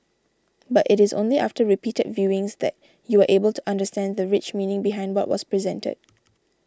but it is only after repeated viewings that you are able to understand the rich meaning behind what was presented